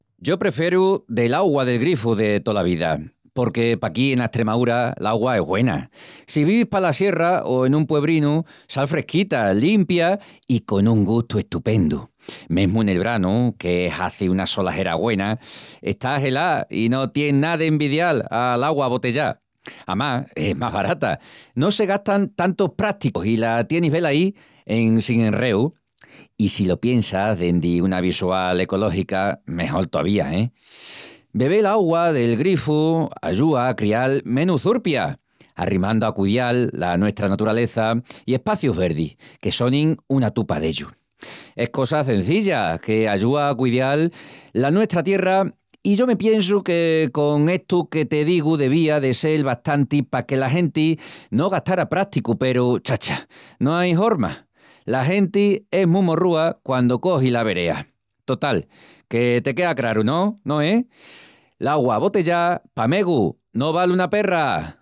Yo prefieru del'augua del grifu de tola vida. Porque paquí ena Estremaúra l'augua es güena. Si vivis pala sierra o en un puebrinu, sal fresquita, limpia i con un gustu estupendu. Mesmu nel branu, que hazi una solajera güena, está gelá i no tien ná d'envidial a l'augua abotellá. Amás, es más barata, no se gastan tantus prásticus i la tienis velaí, en sin enreus. I si lo piensas dendi una visual ecológica, mejol tovía, e? Bebel augua del grifu ayúa a crial menus çurpias, arrimandu a cudial la nuestra naturaleza i espacius verdis, que sonin una tupa d'ellus. Es cosa cenzilla que ayúa a cudial la nuestra tierra i yo me piensu que con estu que te digu devía de sel bastanti paque la genti no gastara prásticu peru, chacha, no ai horma, la genti es mu morrúa quandu cogi la verea. Total, que te quea craru, no? No es? L'augua abotellá pa megu no val una perra.